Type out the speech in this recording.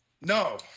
No